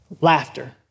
Laughter